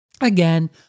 again